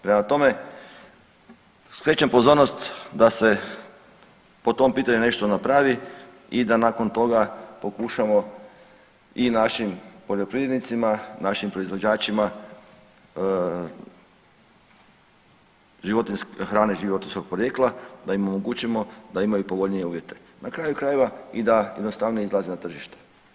Prema tome, skrećem pozornost da se po tom pitanju nešto napravi i da nakon toga pokušamo i našim poljoprivrednicima, našim proizvođačima hrane životinjskog porijekla da im omogućimo da imaju povoljnije uvjete, na kraju krajeva i da jednostavnije izlaze na tržište.